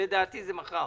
לדעתי זה מחר.